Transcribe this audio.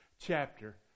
Chapter